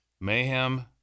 Mayhem